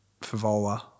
Favola